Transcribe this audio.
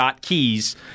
keys